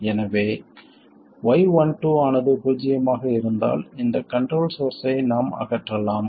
எனவே y12 ஆனது பூஜ்ஜியமாக இருந்தால் இந்த கண்ட்ரோல் சோர்ஸ்ஸை நாம் அகற்றலாம்